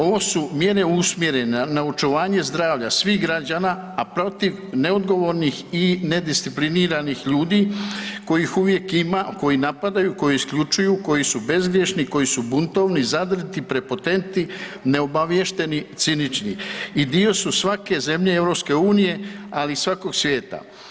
Ovo su mjere usmjerene na očuvanje zdravlja svih građana, a protiv neodgovornih i nediscipliniranih ljudi kojih uvijek ima, koji napadaju, koji isključuju, koji su bezgrješni, koji su buntovni, zadrti, prepotentni, neobaviješteni, cinični i dio su svake zemlje EU, ali i svakog svijeta.